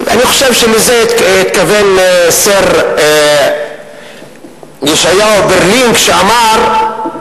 אני חושב שלזה התכוון סר ישעיהו ברלין שאמר: